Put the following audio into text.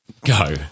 go